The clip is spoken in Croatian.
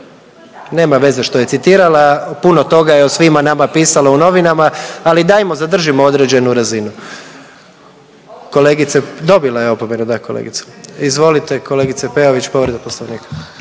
Nema veze što je citirala. Puno toga je o svima nama pisalo u novinama, ali dajmo zadržimo određenu razinu. Kolegice, dobila je opomenu, da kolegica. Izvolite kolegice Peović, povreda Poslovnika.